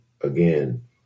again